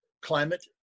climate